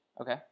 Okay